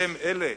בשם אלה